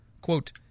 Quote